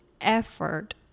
effort